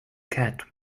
cat